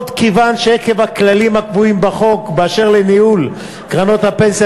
מכיוון שעקב הכללים הקבועים בחוק בנוגע לניהול קרנות הפנסיה